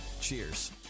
Cheers